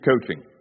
coaching